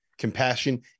compassion